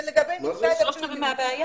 מה יש